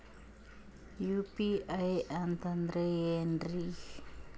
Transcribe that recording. UPI ಅಂತಂದ್ರೆ ಏನ್ರೀ?